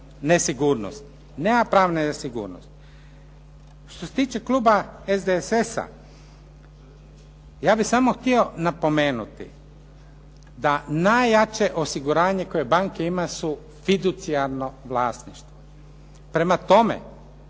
nesigurnosti, nema pravne nesigurnosti. Što se tiče kluba SDSS-a, ja bih samo htio napomenuti da najjače osiguranje koje banke imaju su fiducijalno vlasništvo. Prema tome,